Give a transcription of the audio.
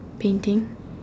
painting